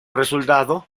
resultado